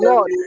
Lord